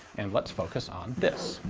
and let's focus on this.